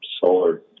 solar